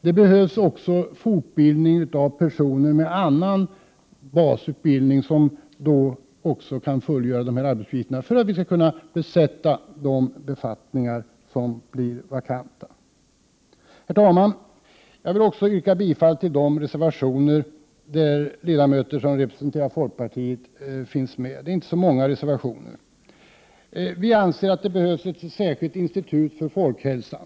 Det behövs också fortbildning av personer med annan basutbildning för att man skall kunna besätta de befattningar som blir vakanta. Jag vill yrka bifall till de reservationer där ledamöter som representerar folkpartiet finns med. De reservationerna är inte så många. Vi anser att det behövs ett särskilt institut för folkhälsan.